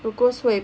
Nicole's friend